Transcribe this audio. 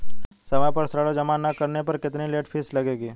समय पर ऋण जमा न करने पर कितनी लेट फीस लगेगी?